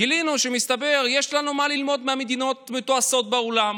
גילינו שמסתבר שיש לנו מה ללמוד מהמדינות המתועשות בעולם,